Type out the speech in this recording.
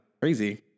crazy